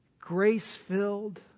grace-filled